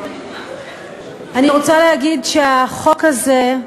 אני רוצה להגיד שהחוק הזה,